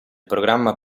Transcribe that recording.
programma